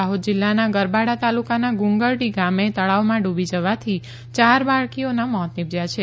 દાહોદ જિલ્લાના ગરબાડા તાલુકાના ગુંગરડી ગામે તળાવમાં ડુબી જવાથી ચાર બાળકીઓના મોત નિપજ્યા છે